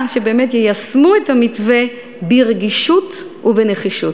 שבאמת יישמו את המתווה ברגישות ובנחישות.